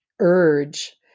urge